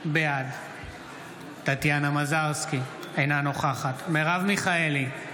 בעד טטיאנה מזרסקי, אינה נוכחת מרב מיכאלי,